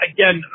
Again